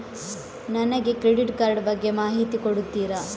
ನನಗೆ credit card ಬಗ್ಗೆ ಮಾಹಿತಿ ಕೊಡುತ್ತೀರಾ?